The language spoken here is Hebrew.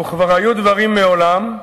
וכבר היו דברים מעולם,